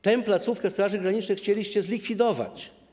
Tę placówkę Straży Granicznej chcieliście zlikwidować.